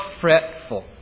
fretful